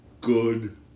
Good